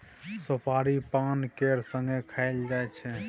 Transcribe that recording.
सोपारी पान केर संगे खाएल जाइ छै